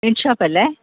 meet ഷോപ്പല്ലെ